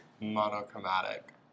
Monochromatic